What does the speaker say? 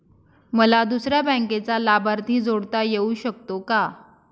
मला दुसऱ्या बँकेचा लाभार्थी जोडता येऊ शकतो का?